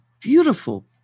beautiful